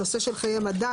הנושא של חיי מדף,